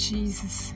Jesus